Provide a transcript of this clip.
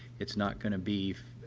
it's not going to be, ah,